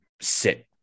sit